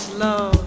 love